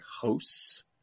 hosts